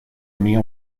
unía